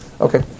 Okay